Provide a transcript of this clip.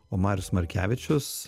o marius markevičius